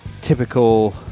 typical